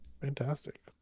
Fantastic